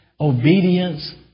obedience